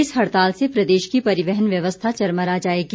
इस हड़ताल से प्रदेश की परिवहन व्यवस्था चरमरा जाएगी